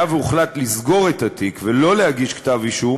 היה והוחלט לסגור את התיק ולא להגיש כתב-אישום,